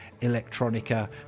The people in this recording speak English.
electronica